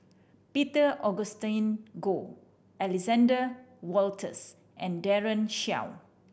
Peter Augustine Goh Alexander Wolters and Daren Shiau